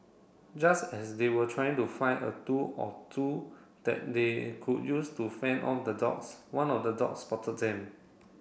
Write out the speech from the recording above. just as they were trying to find a tool or two that they could use to fend off the dogs one of the dogs spotted them